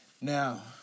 Now